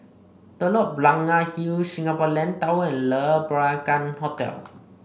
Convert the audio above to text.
Telok Blangah Hill Singapore Land Tower and Le Peranakan Hotel